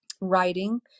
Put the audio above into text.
writing